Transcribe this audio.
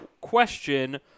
question